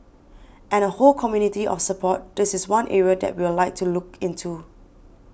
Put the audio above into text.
and the whole community of support this is one area that we'll like to look into